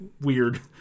weird